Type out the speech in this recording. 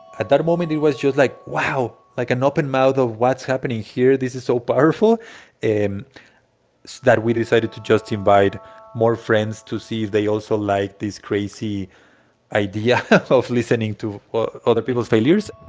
at that moment, it was just like, wow, like an open mouth of what's happening here? this is so powerful so that we decided to just invite more friends to see if they also liked this crazy idea of listening to other people's failures